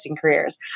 careers